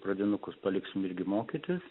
pradinukus paliksim irgi mokytis